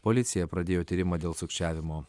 policija pradėjo tyrimą dėl sukčiavimo